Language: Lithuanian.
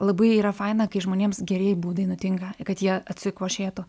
labai yra faina kai žmonėms gerieji būdai nutinka kad jie atsikvošėtų